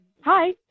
Hi